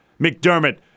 McDermott